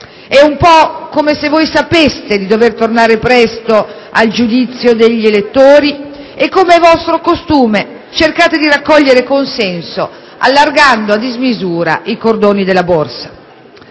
È un po' come se voi sapeste di dover tornare presto al giudizio degli elettori e, come è vostro costume, cercate di raccogliere consenso allargando a dismisura i cordoni della borsa.